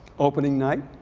opening night?